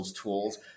tools